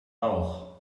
rauch